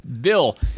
Bill